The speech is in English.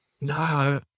No